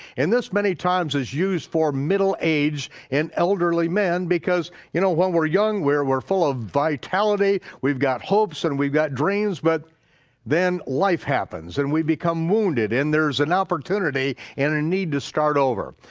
and this many times is used for middle age and elderly men because, you know, when we're young we're we're full of vitality, we've got hopes and we've got dreams, but then life happens and we become wounded and there's an opportunity and a need to start over.